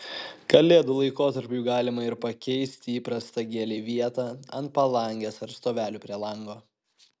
kalėdų laikotarpiui galima ir pakeisti įprastą gėlei vietą ant palangės ar stovelių prie lango